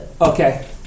Okay